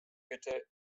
bitte